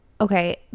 Okay